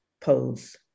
pose